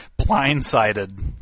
Blindsided